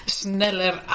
sneller